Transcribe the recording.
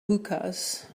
hookahs